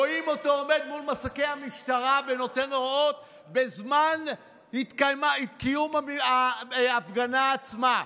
רואים אותו עומד מול מסכי המשטרה ונותן הוראות בזמן קיום ההפגנה עצמה.